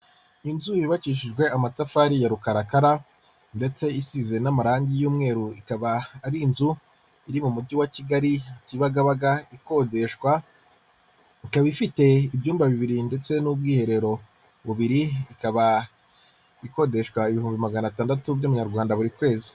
Inzu yubakishijwe amatafari ya rukarakara, ndetse isize n'amarangi y'umweru ikaba ari inzu iri mu mujyi wa Kigali i Kibagabaga ikodeshwa, ikaba ifite ibyumba bibiri ndetse n'ubwiherero bubiri ikaba ikodeshwa ibihumbi magana atandatu by'amanyarwanda buri kwezi.